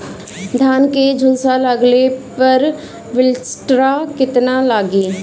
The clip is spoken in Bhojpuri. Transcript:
धान के झुलसा लगले पर विलेस्टरा कितना लागी?